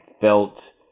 felt